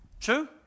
True